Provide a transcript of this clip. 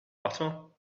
butter